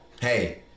Hey